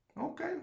Okay